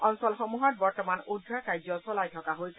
অঞ্চল সমূহত বৰ্তমান উদ্ধাৰ কাৰ্য চলাই থকা হৈছে